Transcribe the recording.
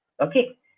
okay